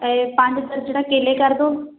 ਇਹ ਪੰਜ ਦਰਜਨਾਂ ਕੇਲੇ ਕਰ ਦਿਓ